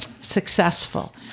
successful